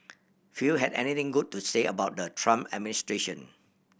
few had anything good to say about the Trump administration